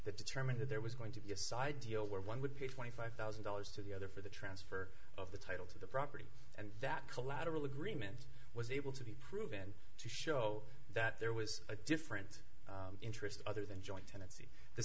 that determined that there was going to be a side deal where one would pay twenty five thousand dollars to the other for the transfer of the title to the property and that collateral agreement was able to be proven to show that there was a different interest other than joint ten